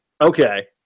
Okay